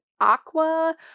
aqua